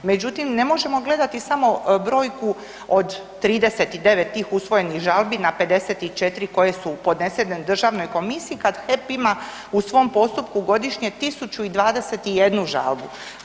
Međutim, ne možemo gledati samo brojku od 39 tih usvojenih žalbi na 54 koje su podnesene državnoj komisiji kad HEP ima u svom postupku godišnje 1021 žalbu.